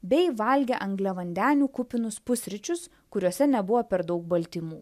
bei valgę angliavandenių kupinus pusryčius kuriuose nebuvo per daug baltymų